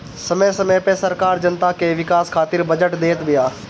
समय समय पअ सरकार जनता के विकास खातिर बजट देत बिया